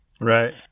Right